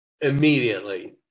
immediately